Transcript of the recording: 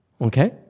Okay